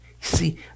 See